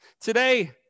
today